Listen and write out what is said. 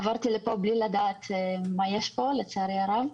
עברתי לפה בלי לדעת מה יש פה, לצערי הרב.